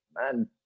Man